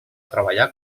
treballar